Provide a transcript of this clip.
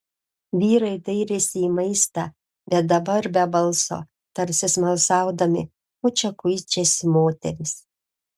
vyrai dairėsi į maistą bet dabar be balso tarsi smalsaudami ko čia kuičiasi moterys